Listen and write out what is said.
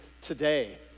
today